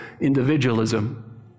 individualism